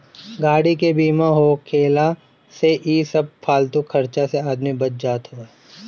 गाड़ी के बीमा होखला से इ सब फालतू खर्चा से आदमी बच जात हअ